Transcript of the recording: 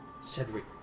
Cedric